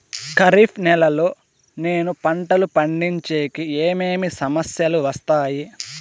ఖరీఫ్ నెలలో నేను పంటలు పండించేకి ఏమేమి సమస్యలు వస్తాయి?